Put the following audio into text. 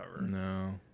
No